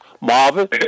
Marvin